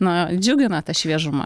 na džiugina ta šviežuma